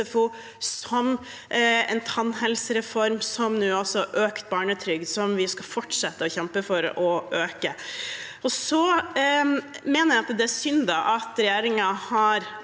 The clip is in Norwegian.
som en tannhelsereform, og som nå også økt barnetrygd, som vi skal fortsette å kjempe for å øke. Jeg mener det er synd at regjeringen har